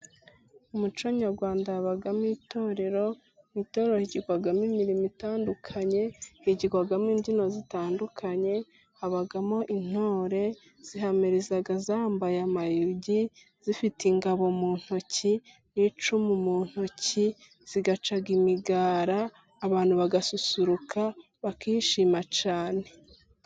Mu muco nyarwanda habamo itorero, mu itorero higirwamo imirimo itandukanye: higirwamo imbyino zitandukanye, habamo intore zihamiriza zambaye amayugi ,zifite ingabo mu ntoki, n'icumu mu ntoki, zigaca imigara ,abantu bagasusuruka, bakishima cyane.